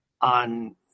on